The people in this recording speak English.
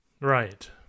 right